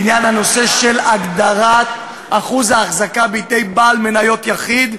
לעניין של הגדרת אחוז האחזקה בידי בעל מניות יחיד,